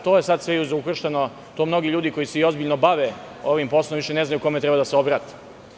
To je sve sad izukrštano i mnogi ljudi koji se ozbiljno bave ovim poslom više ne znaju kome da se obrate.